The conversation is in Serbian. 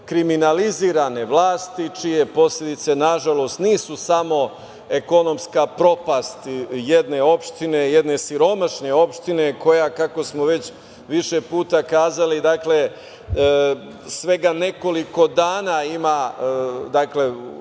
kriminalizovane vlasti čije posledice nažalost nisu samo ekonomska propast jedne opštine, jedne siromašne opštine, koja, kako smo već više puta kazali, svega nekoliko dana ima